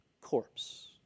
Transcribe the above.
corpse